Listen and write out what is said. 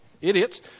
idiots